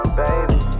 baby